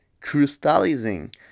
crystallizing